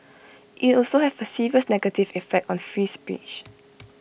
IT also have A serious negative effect on free speech